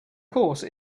course